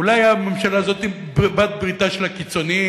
אולי הממשלה הזאת היא בעלת-בריתם של הקיצונים,